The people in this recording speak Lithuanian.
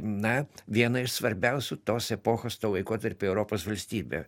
na viena iš svarbiausių tos epochos to laikotarpio europos valstybė